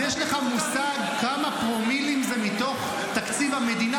אז יש לך מושג כמה פרומילים זה מתוך תקציב המדינה,